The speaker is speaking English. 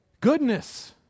Goodness